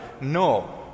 No